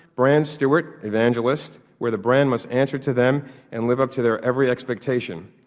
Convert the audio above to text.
brand steward, evangelist where the brand must answer to them and live up to their every expectation,